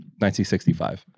1965